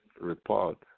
report